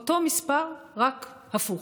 אותו מספר רק הפוך.